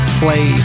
play